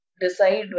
decide